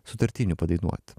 sutartinių padainuot